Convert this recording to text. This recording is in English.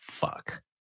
Fuck